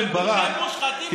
בן ברק,